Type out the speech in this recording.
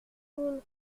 une